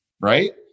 right